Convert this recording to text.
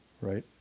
Right